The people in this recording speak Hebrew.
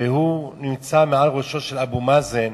והוא נמצא מעל ראשו של אבו מאזן,